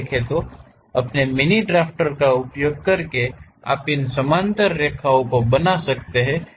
तो अपने mini drafter का उपयोग करके आप इन समानांतर रेखाओं को बनासकते हैं